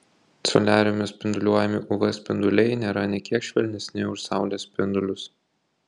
soliariume spinduliuojami uv spinduliai nėra nė kiek švelnesni už saulės spindulius